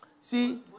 See